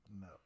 No